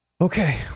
Okay